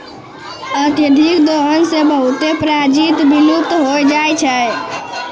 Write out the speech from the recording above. अत्यधिक दोहन सें बहुत प्रजाति विलुप्त होय जाय छै